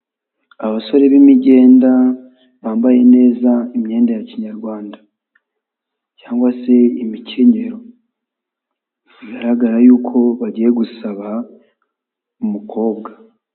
Abasore b'imigenda bambaye neza imyenda ya Kinyarwanda cyangwa se imikenyero bigaragara y'uko bagiye gusaba umukobwa.